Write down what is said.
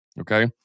okay